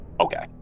Okay